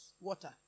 water